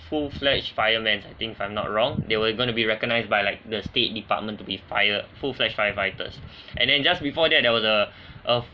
full fledge fireman's I think if I'm not wrong they were going to be recognised by like the state department to be fire full fledged firefighters and then just before that there was a a